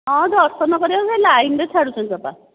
ହଁ ଦର୍ଶନ କରିବା ପାଇଁ ଲଇନ ରେ ଛାଡ଼ୁଛନ୍ତି ରେ ବାପା